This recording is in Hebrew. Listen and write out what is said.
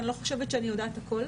אני לא חושבת שאני יודעת הכל,